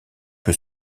que